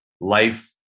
life